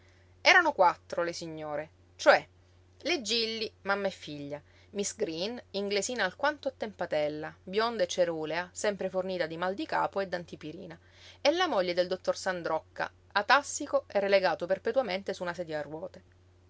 erano quattro le signore cioè le gilli mamma e figlia miss green inglesina alquanto attempatella bionda e cerulea sempre fornita di mal di capo e d'antipirina e la moglie del dottor sandrocca atassico e relegato perpetuamente su una sedia a ruote